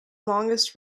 longest